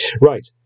right